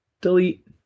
delete